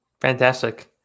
fantastic